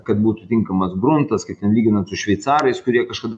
kad būtų tinkamas gruntas kad ten lyginant su šveicarais kurie kažkada